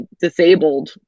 disabled